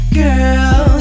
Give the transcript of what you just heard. girl